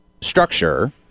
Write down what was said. structure